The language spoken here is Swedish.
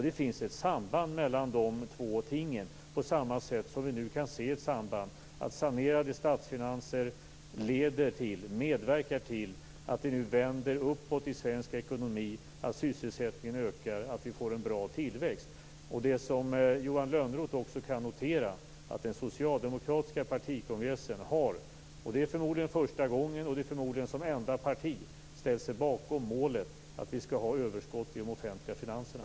Det finns ett samband mellan de två tingen, på samma sätt som vi kan se ett samband mellan att sanerade statsfinanser medverkar till att det vänder uppåt i svensk ekonomi, att sysselsättningen ökar och att det blir en bra tillväxt. Johan Lönnroth kan notera att den socialdemokratiska partikongressen - förmodligen första gången och som enda parti - ställt sig bakom målet att ha överskott i de offentliga finanserna.